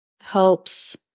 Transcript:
helps